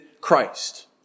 Christ